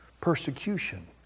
persecution